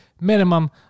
Minimum